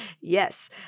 Yes